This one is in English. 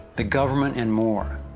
the government and more.